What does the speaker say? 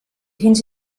fins